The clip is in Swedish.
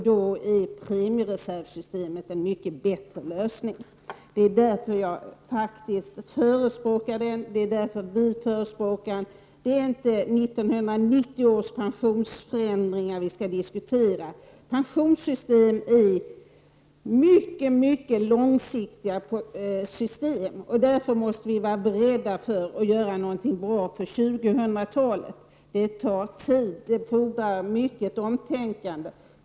Då är premiereservsystemet en mycket bra lösning. Det är därför vi förespråkar det systemet. Det är inte 1990 års pensionsförändringar vi skall diskutera. Pensionssystem är mycket långsiktiga system. Därför måste vi vara beredda att göra något bra för 2000-talet. Det tar tid och fordrar mycket omtänkande.